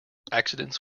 accidents